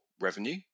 revenue